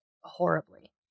horribly